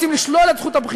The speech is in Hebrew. רוצים לשלול את זכות הבחירה,